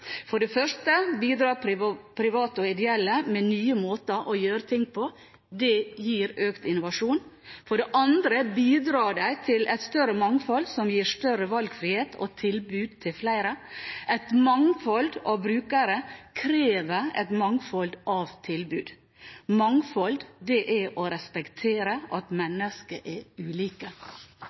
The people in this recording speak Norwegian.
For det første bidrar private og ideelle med nye måter å gjøre ting på. Det gir økt innovasjon. For det andre bidrar de til et større mangfold, som gir større valgfrihet og tilbud til flere. Et mangfold av brukere krever et mangfold av tilbud. Mangfold er å respektere at mennesker er ulike.